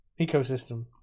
Ecosystem